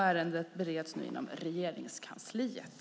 Ärendet bereds nu inom Regeringskansliet.